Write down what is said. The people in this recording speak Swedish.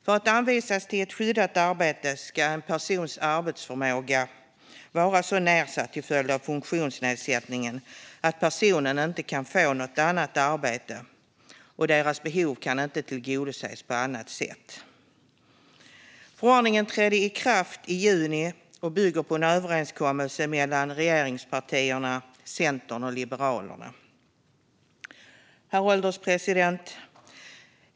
För att anvisas till ett skyddat arbete ska en persons arbetsförmåga vara så nedsatt till följd av en funktionsnedsättning att personen inte kan få något annat arbete, och hans eller hennes behov ska inte kunna tillgodoses på annat sätt. Förordningen trädde i kraft i juni och bygger på en överenskommelse mellan regeringspartierna, Centern och Liberalerna. Herr ålderspresident!